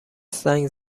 زنگ